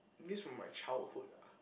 miss from my childhood ah